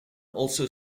also